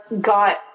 got